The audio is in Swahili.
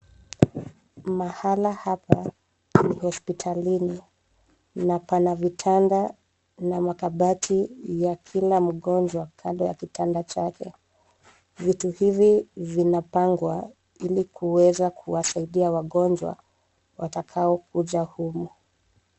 Mahali hapa ni hospitalini na pana vitanda na makabati ya kila mgonjwa kando ya ya kitanda chake. Vitu hivi vinapangwa ili kuweza kuwasaidia wagonjwa wataokuja humu.